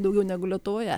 daugiau negu lietuvoje